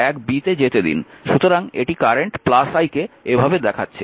সুতরাং এটি current i কে এভাবে দেখাচ্ছে